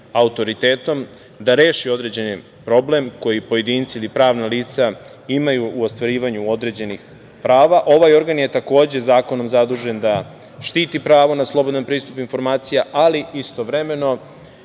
autoritetom da reši određeni problem koji pojedinci ili pravna lica imaju u ostvarivanju određenih prava. Ovaj organ je takođe zakonom zadužen da štiti pravo na slobodan pristup informacija, ali istovremeno